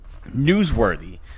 newsworthy